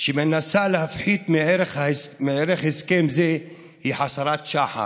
שמנסה להפחית מערך הסכם זה היא חסרת שחר.